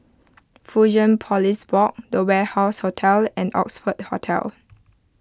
Fusionopolis Walk the Warehouse Hotel and Oxford Hotel